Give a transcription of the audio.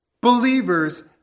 believers